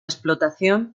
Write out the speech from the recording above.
explotación